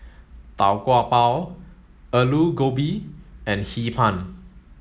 Tau Kwa Pau Aloo Gobi and Hee Pan